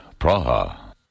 Praha